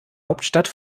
hauptstadt